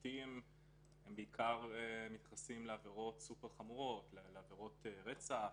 לתחושתי הם נתפסים בעיקר לעבירות סופר חמורות לעבירות רצח,